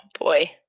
boy